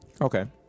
Okay